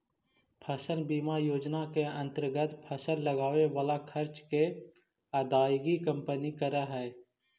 फसल बीमा योजना के अंतर्गत फसल लगावे वाला खर्च के अदायगी कंपनी करऽ हई